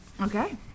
okay